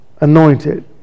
anointed